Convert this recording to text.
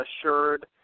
assured